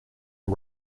are